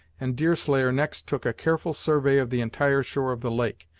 and deerslayer next took a careful survey of the entire shore of the lake,